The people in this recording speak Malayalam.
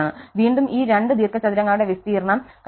വീണ്ടും ഈ രണ്ട് ദീർഘചതുരങ്ങളുടെ വിസ്തീർണ്ണം കഴിയും